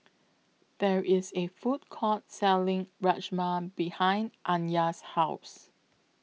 There IS A Food Court Selling Rajma behind Anya's House